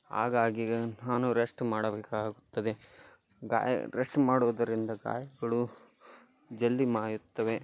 ಹಾಗಾಗಿ ನಾನು ರೆಸ್ಟ್ ಮಾಡಬೇಕಾಗುತ್ತದೆ ಗಾಯ ರೆಸ್ಟ್ ಮಾಡುವುದರಿಂದ ಗಾಯಗಳು ಜಲ್ದಿ ಮಾಯುತ್ತವೆ